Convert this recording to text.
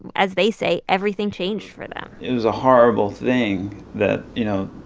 as they say, everything changed for them it was a horrible thing that you know,